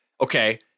okay